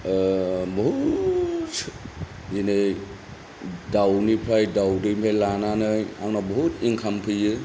बुहुद जेरै दाउनिफ्राय दाउदैनिफ्राय लानानै आंनाव बुहुद इन्काम फैयो